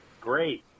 Great